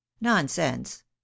nonsense